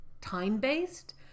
time-based